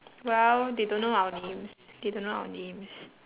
well they don't know our names they don't know our names